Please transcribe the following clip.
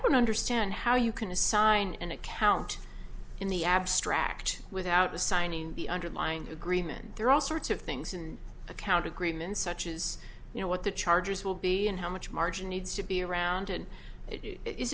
don't understand how you can assign an account in the abstract without assigning the undermining agreement there are all sorts of things in account agreements such as you know what the charges will be and how much margin needs to be rounded is i